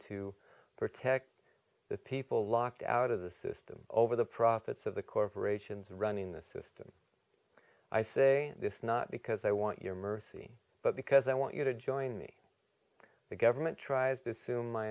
to protect the people locked out of the system over the profits of the corporations running the system i say this not because they want your mercy but because i want you to join me the government tries to sue my